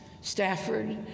Stafford